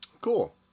Cool